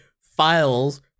files